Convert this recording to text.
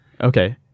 Okay